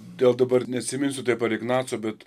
dėl dabar neatsiminsiu taip ar ignaco bet